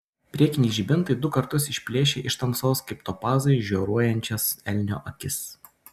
priekiniai žibintai du kartus išplėšė iš tamsos kaip topazai žioruojančias elnio akis